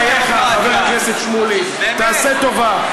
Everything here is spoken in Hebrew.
חבר הכנסת שמולי, תעשה טובה.